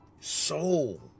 Soul